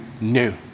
new